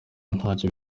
ntacyo